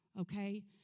okay